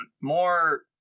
more